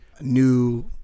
new